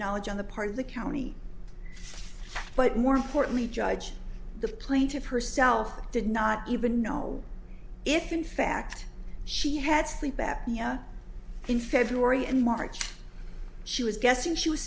knowledge on the part of the county but more importantly judge the plaintiff herself did not even know if in fact she had sleep apnea in february and march she was guessing she was